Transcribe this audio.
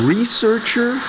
Researcher